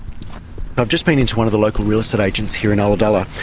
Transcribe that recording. i've just been into one of the local real estate agents here in ulladulla,